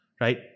right